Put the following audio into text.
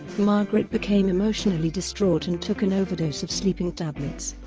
margaret became emotionally distraught and took an overdose of sleeping tablets.